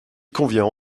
convient